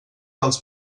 dels